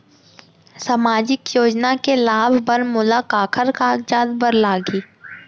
सामाजिक योजना के लाभ बर मोला काखर कागजात बर लागही?